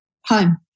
home